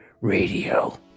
radio